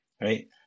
right